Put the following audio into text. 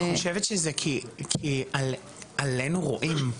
אני חושבת שזה כי עלינו רואים.